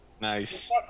Nice